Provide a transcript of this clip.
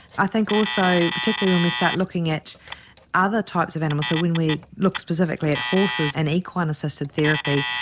i think also particularly when we start looking at other types of animals, so when we look specifically at horses and equine assisted therapy,